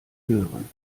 hören